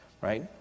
Right